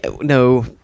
no